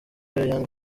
young